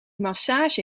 massage